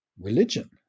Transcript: religion